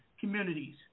communities